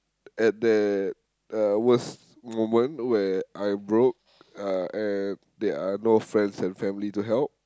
at that uh worst moment where I broke uh and there are no friends and family to help